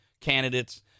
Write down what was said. candidates